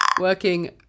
working